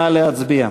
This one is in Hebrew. נא להצביע.